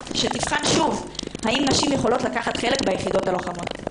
שתבחן שוב האם נשים יכולות לקחת חלק ביחידות הלוחמות.